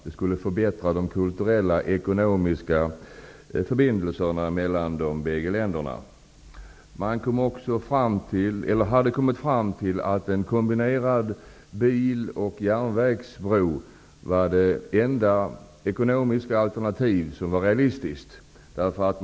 Det skulle förbättra de kulturella och ekonomiska förbindelserna mellan de bägge länderna. Man hade också kommit fram till att en kombinerad biloch järnvägsbro var det enda realistiska ekonomiska alternativet.